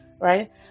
right